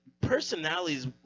Personalities –